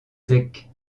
zec